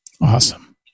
Awesome